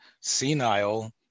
senile